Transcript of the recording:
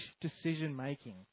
decision-making